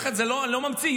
לא ממציא,